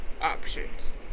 options